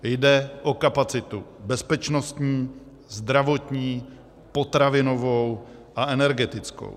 Jde o kapacitu bezpečnostní, zdravotní, potravinovou a energetickou.